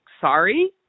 sorry